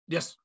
Yes